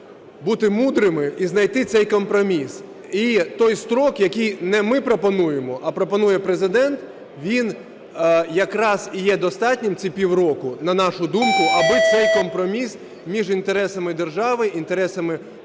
бути мудрими і знайти цей компроміс. І той строк, який не ми пропонуємо, а пропонує Президент, він якраз і є достатнім, ці півроку, на нашу думку, аби цей компроміс між інтересами держави, інтересами бізнесу